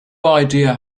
idea